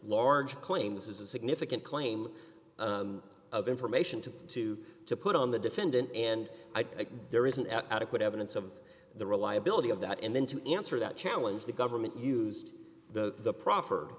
large claim this is a significant claim of information to to to put on the defendant and i think there isn't adequate evidence of the reliability of that and then to answer that challenge the government used the pro